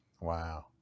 wow